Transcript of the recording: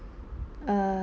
err